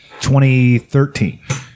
2013